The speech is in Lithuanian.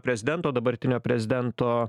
prezidento dabartinio prezidento